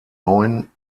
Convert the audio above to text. neuen